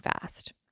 fast